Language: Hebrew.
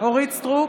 (קוראת בשמות חברות הכנסת) אורית מלכה סטרוק,